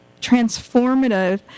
transformative